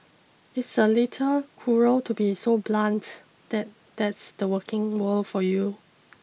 it's a little cruel to be so blunt that that's the working world for you